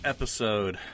Episode